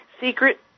Secret